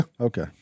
Okay